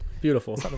Beautiful